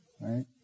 Right